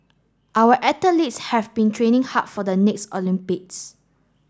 our athletes have been training hard for the next Olympics